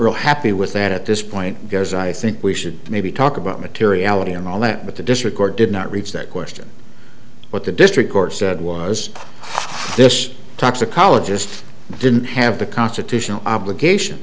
real happy with that at this point because i think we should maybe talk about materiality and all that but the district court did not reach that question what the district court said was this toxicologist didn't have the constitutional obligation